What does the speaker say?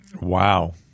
Wow